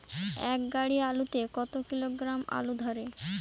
এক গাড়ি আলু তে কত কিলোগ্রাম আলু ধরে?